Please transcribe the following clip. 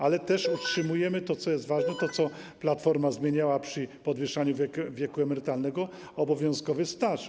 Ale też utrzymujemy, co jest ważne, to, co Platforma zmieniała przy podwyższaniu wieku emerytalnego, czyli obowiązkowy staż.